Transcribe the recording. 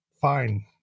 fine